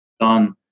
done